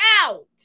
out